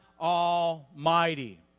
Almighty